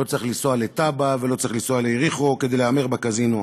לא צריך לנסוע לטאבה ולא צריך לנסוע ליריחו כדי להמר בקזינו.